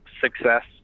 success